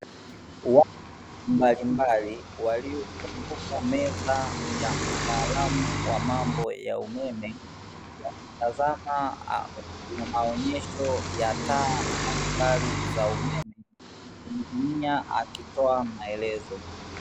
Watu mbalimbali waliozunguka meza ya mtaalamu wa mambo ya umeme, wakitazama maonyesho ya taa mbalimbali za umeme injinia akitoa maelezo.